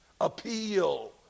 appeal